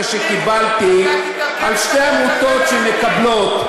שקיבלתי על שתי עמותות שמקבלות,